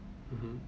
mmhmm